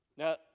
Now